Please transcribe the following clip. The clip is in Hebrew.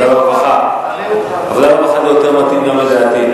ועדת הרווחה, זה יותר מתאים גם לדעתי.